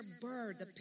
bird